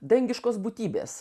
dangiškos būtybės